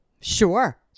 Sure